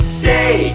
stay